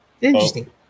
Interesting